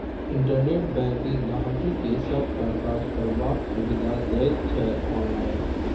internet banking गांहिकी के सबटा काज करबाक सुविधा दैत छै आनलाइन